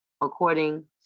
according